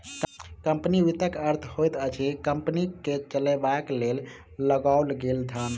company वित्तक अर्थ होइत अछि कम्पनी के चलयबाक लेल लगाओल गेल धन